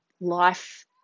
life